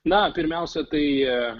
na pirmiausia tai